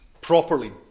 properly